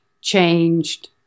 changed